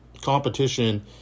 competition